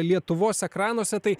lietuvos ekranuose tai